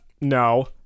No